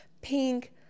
pink